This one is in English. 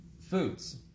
foods